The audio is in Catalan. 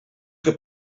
que